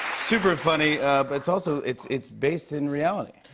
super funny, but it's also it's it's based in reality.